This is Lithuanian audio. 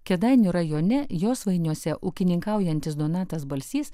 kėdainių rajone josvainiuose ūkininkaujantis donatas balsys